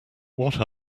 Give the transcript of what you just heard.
what